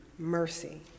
Mercy